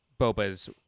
Boba's